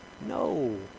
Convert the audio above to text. No